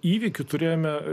įvykių turėjome